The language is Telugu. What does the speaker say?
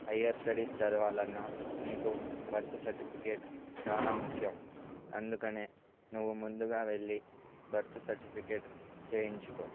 హైయ్యర్ స్టడీస్ చదవాలన్నా నీకు బర్త్ సర్టిఫికేట్ చాలా ముఖ్యం అందుకనే నువ్వు ముందుగా వెళ్ళి బర్త్ సర్టిఫికేట్ చేయించుకో